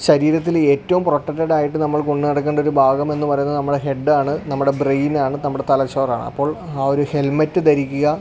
ശരീരത്തിൽ ഏറ്റവും പ്രൊട്ടക്ടഡ് ആയിട്ട് നമ്മൾ കൊണ്ടു നടക്കേണ്ട ഒരു ഭാഗം എന്ന് പറയുന്നത് നമ്മുടെ ഹെഡ് ആണ് നമ്മുടെ ബ്രെയിൻ ആണ് നമ്മുടെ തലച്ചോറാണ് അപ്പോൾ ആ ഒരു ഹെൽമെറ്റ് ധരിക്കുക